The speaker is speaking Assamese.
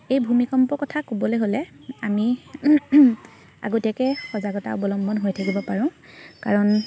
এই ভূমিকম্পৰ কথা ক'বলৈ হ'লে আমি আগতীয়াকৈ সজাগতা অৱলম্বন হৈ থাকিব পাৰোঁ কাৰণ